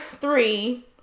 three